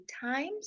times